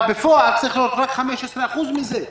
אבל בפועל, צריך להיות רק 15% מזה,